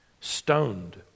stoned